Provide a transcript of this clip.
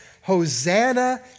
Hosanna